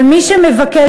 ומי שמבקש,